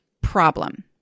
problem